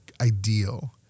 ideal